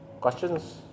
Questions